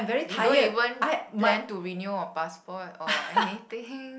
you don't even plan to renew your passport or anything